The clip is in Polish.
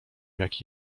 jaki